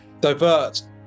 divert